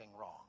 wrong